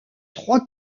trois